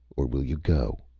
or will you go?